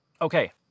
Okay